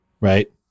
right